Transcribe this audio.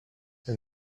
and